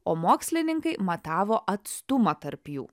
o mokslininkai matavo atstumą tarp jų